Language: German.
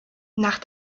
nach